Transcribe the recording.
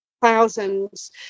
thousands